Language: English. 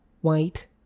white